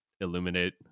illuminate